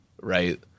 right